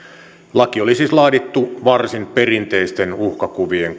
laki oli siis laadittu varsin perinteisten uhkakuvien